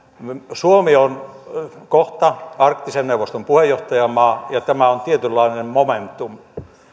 suomi on kohta arktisen neuvoston puheenjohtajamaa ja tämä on tietynlainen momentum